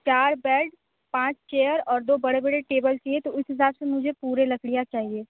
चार बेड पाँच चेयर और दो बड़े बड़े टेबल चाहिए तो उस हिसाब से मुझे पूरे लकड़ियाँ चाहिए